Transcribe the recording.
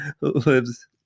lives